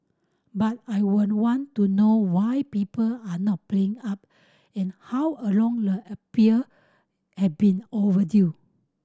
but I would want to know why people are not paying up and how a long the appear have been overdue